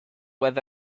were